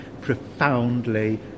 profoundly